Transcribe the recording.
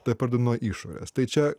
tai nuo išorės tai čia